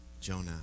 Jonah